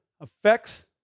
affects